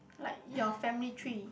like your family tree